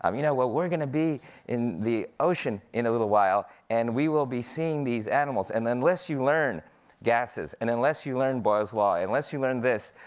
um you know, well, we're gonna be in the ocean in a little while, and we will be seeing these animals, and unless you learn gasses, and unless you learn boyle's law, and unless you learn this,